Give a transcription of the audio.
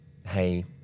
Hey